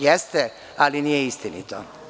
Jeste, ali nije istinito.